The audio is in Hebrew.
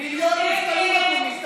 מיליון מובטלים בחוץ.